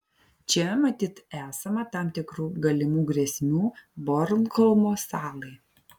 čia matyt esama tam tikrų galimų grėsmių bornholmo salai